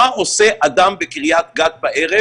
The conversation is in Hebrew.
מה עושה אדם בקרית גת בערב?